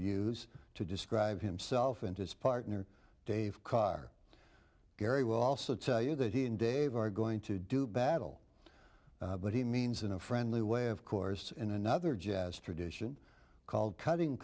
use to describe himself and his partner dave carr gary will also tell you that he and dave are going to do battle but he means in a friendly way of course in another jazz tradition called cutting